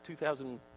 2000